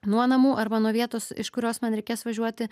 nuo namų arba nuo vietos iš kurios man reikės važiuoti